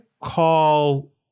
call